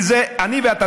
כי זה אני ואתה,